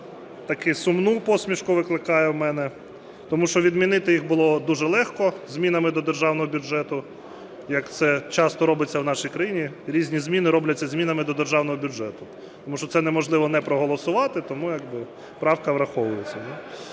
таку сумну посмішку викликає в мене, тому що відмінити їх було дуже легко змінами до Державного бюджету, як це часто робиться в нашій крані, різні зміни робляться змінами до Державного бюджету, тому що це неможливо не проголосувати, тому як би правка враховується.